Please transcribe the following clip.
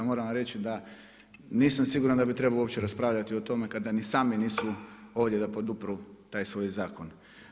Moram vam reći da nisam siguran da bi trebao uopće raspravljati o tome kada ni sami nisu ovdje da podupru taj svoj zakon.